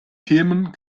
themen